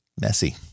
messy